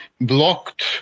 blocked